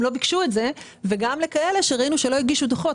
לא ביקשו וגם לכאלה שראינו שהם לא הגישו דוחות.